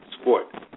sport